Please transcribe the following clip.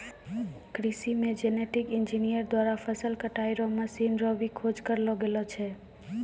कृषि मे genetic engineer द्वारा फसल कटाई रो मशीन रो भी खोज करलो गेलो छै